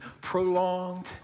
prolonged